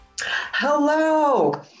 Hello